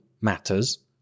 matters